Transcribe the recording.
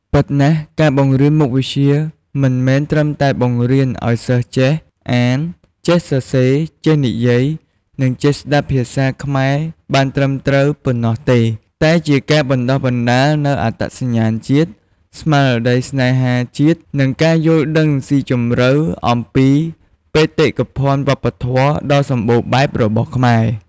ពិតណាស់ ការបង្រៀនមុខវិជ្ជា មិនមែនត្រឹមតែបង្រៀនឱ្យសិស្សចេះ អាន ចេះសរសេរ ចេះនិយាយ និងចេះស្តាប់ភាសាខ្មែរបានត្រឹមត្រូវ ប៉ុណ្ណោះទេ តែជាការបណ្ដុះបណ្ដាលនូវអត្តសញ្ញាណជាតិ ស្មារតីស្នេហាជាតិ និងការយល់ដឹងស៊ីជម្រៅអំពីបេតិកភណ្ឌវប្បធម៌ដ៏សម្បូរបែបរបស់ខ្មែរ។